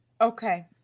Okay